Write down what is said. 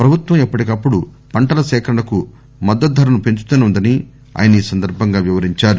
ప్రభుత్వం ఎప్పటికప్పుడు పంటల సేకరణకు మద్దతుధరను పెంచుతూసే వుందని ఆయన చెప్పారు